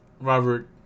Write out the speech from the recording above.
Robert